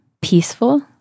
peaceful